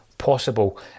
possible